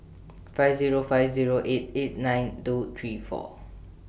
five Zero five Zero eight eight nine two three four